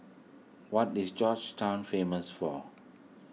what is Georgetown famous for